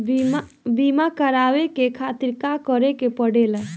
बीमा करेवाए के खातिर का करे के पड़ेला?